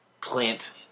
plant